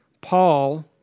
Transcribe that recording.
Paul